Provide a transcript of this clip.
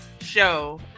show